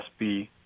USB